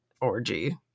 orgy